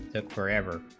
took forever